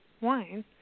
wine